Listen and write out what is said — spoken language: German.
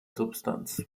substanz